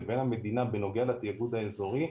לבין המדינה בנוגע לתאגוד האזורי,